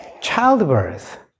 childbirth